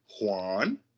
juan